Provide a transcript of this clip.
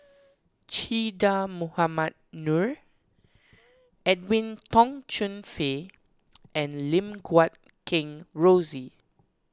Che Dah Mohamed Noor Edwin Tong Chun Fai and Lim Guat Kheng Rosie